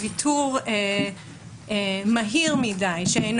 ואני אמנה אותם: חשש שההורה או האפוטרופוס